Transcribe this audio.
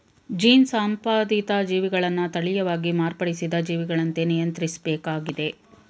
gene ಸಂಪಾದಿತ ಜೀವಿಗಳನ್ನ ತಳೀಯವಾಗಿ ಮಾರ್ಪಡಿಸಿದ ಜೀವಿಗಳಂತೆ ನಿಯಂತ್ರಿಸ್ಬೇಕಾಗಿದೆ